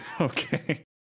Okay